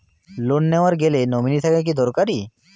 Loan নেওয়ার গেলে nominee থাকা কি দরকারী?